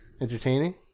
Entertaining